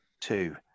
two